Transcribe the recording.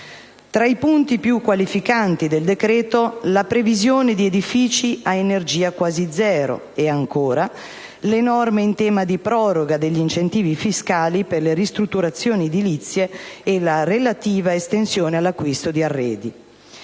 Tra i punti più qualificanti del decreto la previsione di edifici a energia quasi zero; ancora, le norme in tema di proroga degli incentivi fiscali per le ristrutturazioni edilizie e la relativa estensione all'acquisto di arredi.